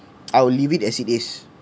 I will leave it as it is